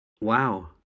wow